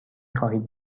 خواهید